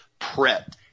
prepped